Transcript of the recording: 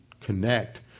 connect